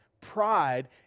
Pride